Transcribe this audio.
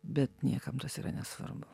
bet niekam tas yra nesvarbu